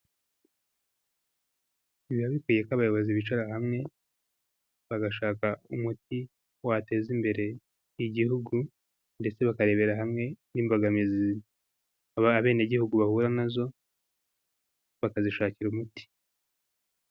Biba bikwiye ko abayobozi bicara hamwe bagashaka umuti wateza imbere igihugu, ndetse bakarebera hamwe n'imbogamizi abene gihugu bahura nazo bakazishakira umuti.